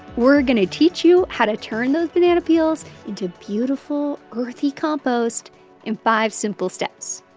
we're going to teach you how to turn those banana peels into beautiful, earthy compost in five simple steps